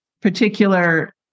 particular